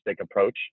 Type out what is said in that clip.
approach